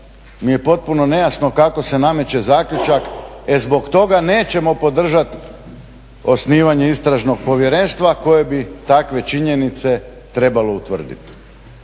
mi je potpuno nejasno kako se nameće zaključak e zbog toga nećemo podržati osnivanje Istražnog povjerenstva koje bi takve činjenice trebalo utvrditi.